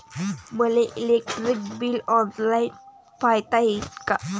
मले electric bill online पायता येईन का?